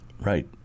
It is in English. right